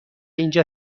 اینجا